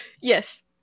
yes